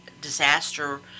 disaster